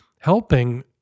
helping